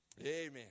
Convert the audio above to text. Amen